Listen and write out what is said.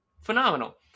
Phenomenal